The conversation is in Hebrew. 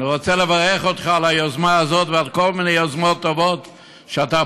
אני רוצה לברך אותך על היוזמה הזאת ועל כל מיני יוזמות טובות שלך,